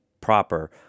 proper